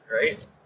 right